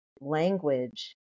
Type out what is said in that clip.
language